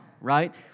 Right